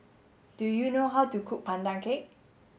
do you know how to cook Pandan cake